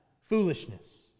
foolishness